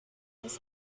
was